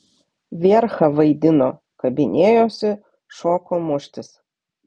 vierchą vaidino kabinėjosi šoko muštis